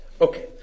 Okay